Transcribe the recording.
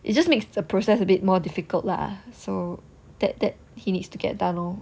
it just makes the process a bit more difficult lah so that that he needs to get lor